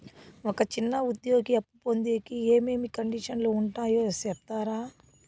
ఒక చిన్న ఉద్యోగి అప్పు పొందేకి ఏమేమి కండిషన్లు ఉంటాయో సెప్తారా?